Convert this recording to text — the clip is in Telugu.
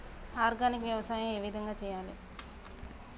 ఆర్గానిక్ వ్యవసాయం ఏ విధంగా చేయాలి?